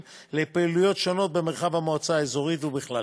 לפעילויות שונות במרחב המועצה האזורית ובכלל.